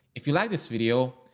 if you like this video.